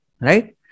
right